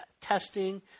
testing